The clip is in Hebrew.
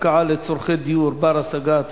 הפקעה לצורכי דיור בר-השגה),